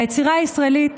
היצירה הישראלית,